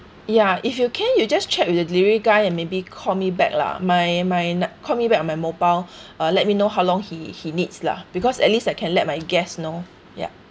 ya if you can you just check with the delivery guy and maybe call me back lah my my nu~ call me back on my mobile uh let me know how long he he needs lah because at least I can let my guests know ya